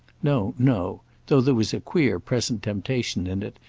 no, no though there was a queer present temptation in it,